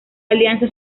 alianza